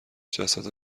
جسد